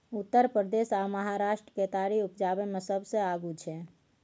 उत्तर प्रदेश आ महाराष्ट्र केतारी उपजाबै मे सबसे आगू छै